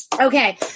Okay